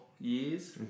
years